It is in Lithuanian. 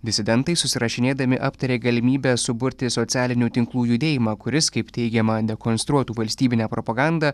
disidentai susirašinėdami aptarė galimybę suburti socialinių tinklų judėjimą kuris kaip teigiama dekonstruotų valstybinę propagandą